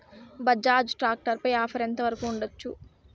Bajaj tractor పై offer ఎంత వరకు ఉండచ్చు?